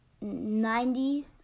Ninety